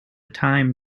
time